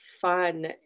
fun